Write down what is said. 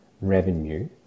revenue